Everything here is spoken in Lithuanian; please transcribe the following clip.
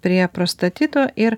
prie prostatito ir